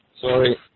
Sorry